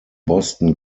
boston